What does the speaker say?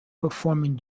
performing